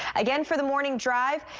again, for the morning drive,